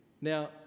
Now